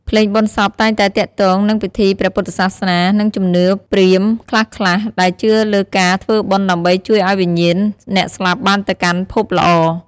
ភ្លេងបុណ្យសពតែងតែទាក់ទងនឹងពិធីព្រះពុទ្ធសាសនា និងជំនឿព្រាហ្មណ៍ខ្លះៗ ដែលជឿលើការធ្វើបុណ្យដើម្បីជួយឲ្យវិញ្ញាណអ្នកស្លាប់បានទៅកាន់ភពល្អ។